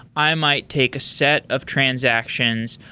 i might take a set of transactions.